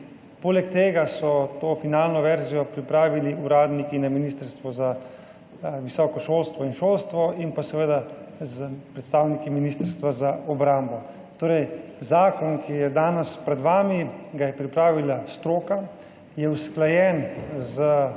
Poleg tega so to finalno verzijo pripravili uradniki na Ministrstvu za izobraževanje, znanost in šport in pa seveda predstavniki Ministrstva za obrambo. Zakon, ki je danes pred vami, je pripravila stroka, usklajen je